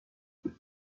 les